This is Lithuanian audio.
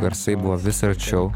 garsai buvo vis arčiau